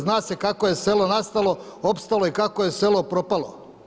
Zna se kako je selo nastalo, opstalo i kako je selo propalo.